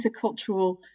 intercultural